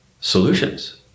solutions